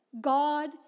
God